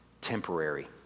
temporary